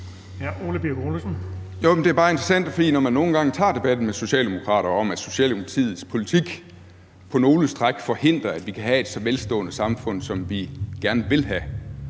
Det er bare interessant, for når vi tager debatten med socialdemokraterne om, at Socialdemokratiets politik på nogle stræk forhindrer, at vi kan have et så velstående samfund, som vi gerne vil have,